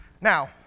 Now